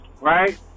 right